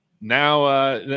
Now